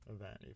event